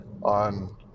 on